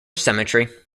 symmetry